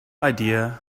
idea